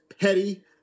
petty